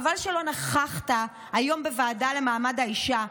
חבל שלא נכחת היום בוועדה למעמד האישה,